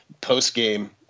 post-game